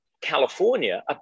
California